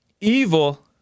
evil